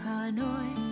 Hanoi